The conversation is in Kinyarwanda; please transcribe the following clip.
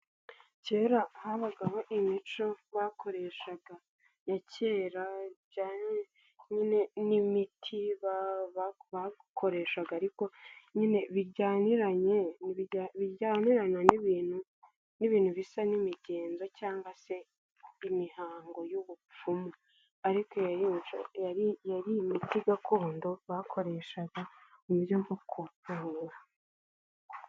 Kera habagaho imico bakoreshaga ya kera nijyanye n'imiti bakoreshaga ariko nyine bijyaniranye bijyanirana n'ibintu n'ibintu bisa n'imigenzo cyangwa se imihango y'ubupfumu ariko yari imiti gakondo bakoreshaga mu uburyo bwo kuvura.